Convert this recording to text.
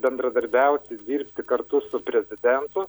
bendradarbiauti dirbti kartu su prezidentu